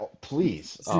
please